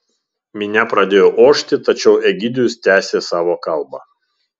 minia pradėjo ošti tačiau egidijus tęsė savo kalbą